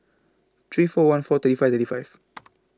three four one four thirty five thirty five